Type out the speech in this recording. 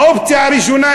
האופציה הראשונה,